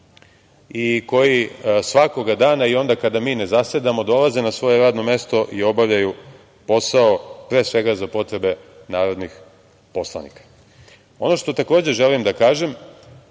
i koji svakog dana i onda kada mi ne zasedamo dolaze na svoje radno mesto i obavljaju posao pre svega za potrebe narodnih poslanika. Ono što takođe želim da kažem,